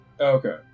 Okay